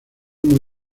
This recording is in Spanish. muy